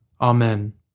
Amen